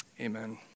Amen